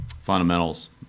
fundamentals